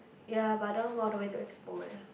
ya but the one go all the way to Expo ya